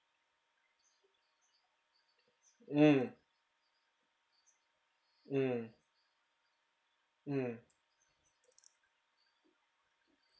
mm mm mm